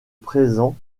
présent